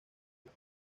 una